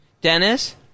Dennis